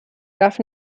darf